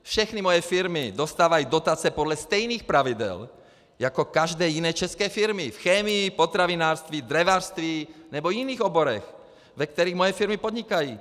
Všechny moje firmy dostávají dotace podle stejných pravidel jako každé jiné české firmy v chemii, potravinářství, dřevařství nebo jiných oborech, ve kterých moje firmy podnikají.